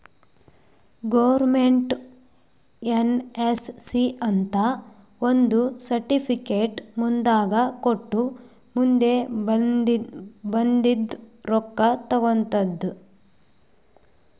government NSC ಅಂತ್ ಒಂದ್ certificate ಮಂದಿಗ ಕೊಟ್ಟು ಮಂದಿ ಬಲ್ಲಿಂದ್ ರೊಕ್ಕಾ ತಗೊತ್ತುದ್